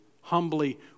humbly